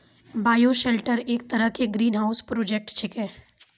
bioshelter एक तरह के ग्रीनहाउस प्रोजेक्ट छेकै